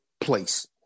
place